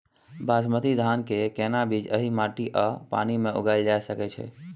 बासमती धान के केना बीज एहि माटी आ पानी मे उगायल जा सकै छै?